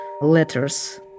letters